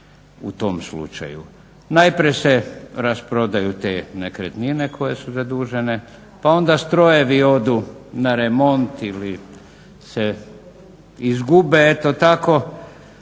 u tom slučaju. Najprije se rasprodaju te nekretnine koje su zadužene, pa onda strojevi odu na remont ili se izgube. Eto tako,